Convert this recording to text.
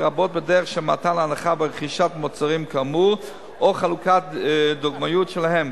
לרבות בדרך של מתן הנחה ברכישת מוצרים כאמור או חלוקת דוגמיות שלהם.